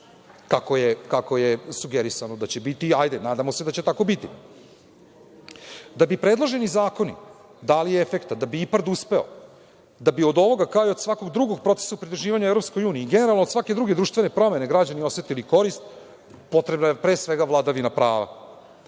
kako je sugerisano da će biti i nadamo se da će tako biti. Da bi predloženi zakoni dali efekta, da bi IPARD uspeo, da bi od ovoga, kao i od svakog drugog procesa u pridruživanju EU i generalno od svake druge društvene promene građani osetili korist, potrebna je pre svega vladavina prava.